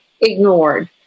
ignored